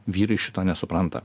vyrai šito nesupranta